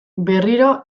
berriro